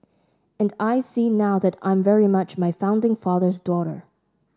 and I see now that I'm very much my founding father's daughter